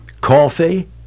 Coffee